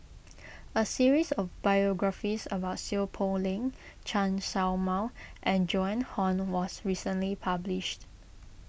a series of biographies about Seow Poh Leng Chen Show Mao and Joan Hon was recently published